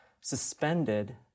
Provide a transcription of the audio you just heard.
suspended